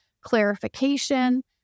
clarification